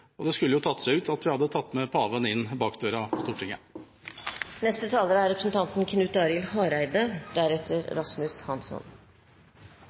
Og det skulle tatt seg ut om vi hadde tatt med paven inn bakdøra på Stortinget. Eg vil takke Audun Lysbakken som tar opp denne problemstillinga. Eg er